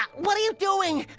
um what are you doing?